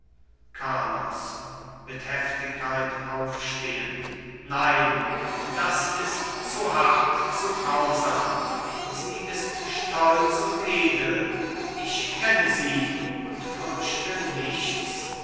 carlos mit heftigkeit aufstehend nein das ist zu hart zu grausam sie ist stolz und edel ich kenne sie und fürchte nichts